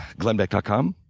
glennbeck dot com.